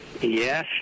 yes